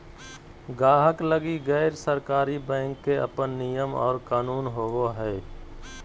गाहक लगी गैर सरकारी बैंक के अपन नियम और कानून होवो हय